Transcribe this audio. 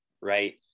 right